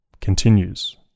continues